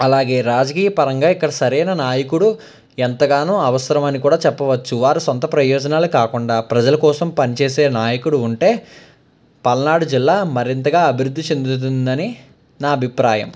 అలాగే రాజకీయపరంగా ఇక్కడ సరైన నాయకుడు ఎంతగానో అవసరమని కూడా చెప్పవచ్చు వారు సొంత ప్రయోజనాలు కాకుండా ప్రజల కోసం పనిచేసే నాయకుడు ఉంటే పల్నాడు జిల్లా మరింతగా అభివృద్ధి చెందుతుందని నా అభిప్రాయం